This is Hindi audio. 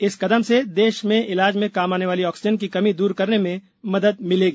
इस कदम से देश में इलाज में काम आने वाली ऑक्सीजन की कमी दूर करने में मदद मिलेगी